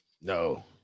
no